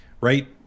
right